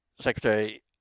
Secretary